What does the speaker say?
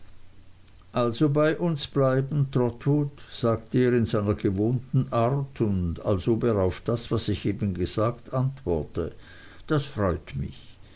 also bei uns bleiben trotwood sagte er in seiner gewohnten art und als ob er auf das was ich eben gesagt antworte das freut mich